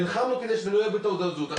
נלחמנו כדי שזה לא יהיה בתעודות זהות,